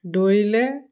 দৌৰিলে